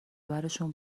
برشون